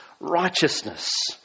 righteousness